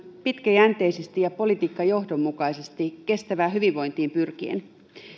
pitkäjänteisesti ja politiikkajohdonmukaisesti kestävään hyvinvointiin pyrkien